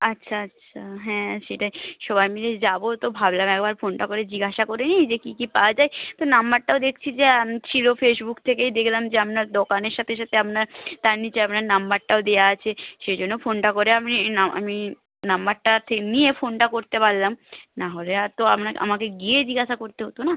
আচ্ছা আচ্ছা হ্যাঁ সেটাই সবাই মিলে যাব তো ভাবলাম একবার ফোনটা করে জিজ্ঞাসা করে নিই যে কী কী পাওয়া যায় তো নাম্বারটাও দেখছি যে ছিল ফেসবুক থেকেই দেখলাম যে আপনার দোকানের সাথে সাথে আপনার তার নিচে আপনার নাম্বারটাও দেওয়া আছে সেই জন্য ফোনটা করে আমি আমি নাম্বারটা নিয়ে ফোনটা করতে পারলাম না হলে আর তো আমাকে গিয়ে জিজ্ঞাসা করতে হতো না